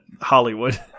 Hollywood